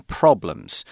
problems